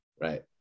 right